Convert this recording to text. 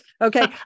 Okay